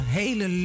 hele